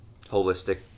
holistic